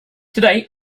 today